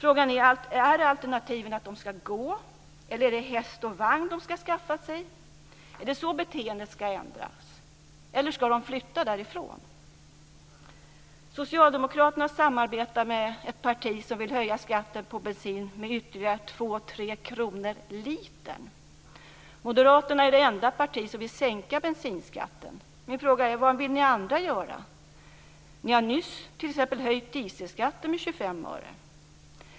Är alternativen att de ska gå eller ska de skaffa sig häst och vagn? Är det så beteendet ska ändras? Eller ska de flytta därifrån? Socialdemokraterna samarbetar med ett parti som vill höja skatten på bensin med ytterligare 2-3 kr per liter. Moderaterna är det enda parti som vill sänka bensinskatten. Min fråga är: Vad vill ni andra göra? Ni har nyss höjt dieselskatten med 25 öre.